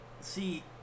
See